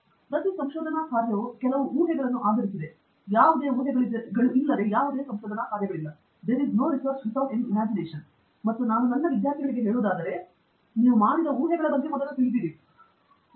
ಪ್ರತಿ ಸಂಶೋಧನಾ ಕಾರ್ಯವು ಕೆಲವು ಊಹೆಗಳನ್ನು ಆಧರಿಸಿದೆ ಯಾವುದೇ ಊಹೆಗಳಿಲ್ಲದೆ ಯಾವುದೇ ಸಂಶೋಧನಾ ಕಾರ್ಯಗಳಿಲ್ಲ ಮತ್ತು ನಾನು ನನ್ನ ವಿದ್ಯಾರ್ಥಿಗಳಿಗೆ ಹೇಳುವುದಾದರೆ ನೀವು ಮಾಡಿದ ಊಹೆಗಳ ಬಗ್ಗೆ ಮೊದಲು ತಿಳಿದಿರಲಿ